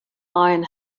iron